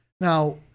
Now